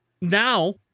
now